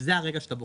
זה הרגע שאתה בוחן,